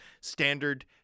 Standard